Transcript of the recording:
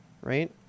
right